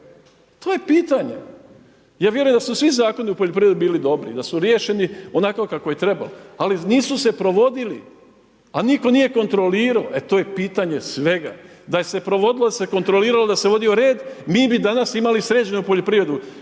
To je pitanje. Ja vjerujem da su svi zakoni u poljoprivredi bili dobri i da su riješeni onako kako je trebalo ali nisu se provodili a nitko nije kontrolirao. E to je pitanje svega. Da se je provodilo, da se kontrolirao, da se vodio red mi bi danas imali sređenu poljoprivredu.